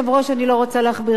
אני לא רוצה להכביר מלים,